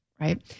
right